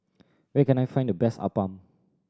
where can I find the best appam